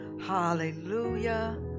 hallelujah